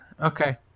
Okay